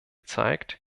zeigt